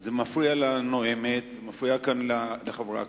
זה מפריע לנואמת, זה מפריע כאן לחברי הכנסת.